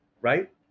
right